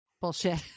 Bullshit